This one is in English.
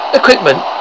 equipment